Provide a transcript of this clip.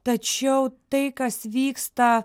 tačiau tai kas vyksta